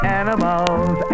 animals